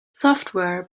software